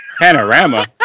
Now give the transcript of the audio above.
Panorama